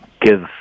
give